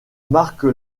marque